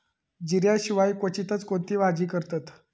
जिऱ्या शिवाय क्वचितच कोणती भाजी करतत